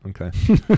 Okay